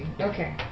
Okay